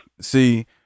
see